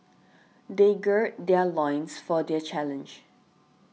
they gird their loins for the challenge